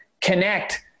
connect